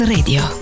Radio